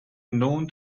known